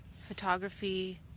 photography